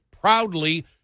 proudly